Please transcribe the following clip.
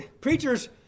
preachers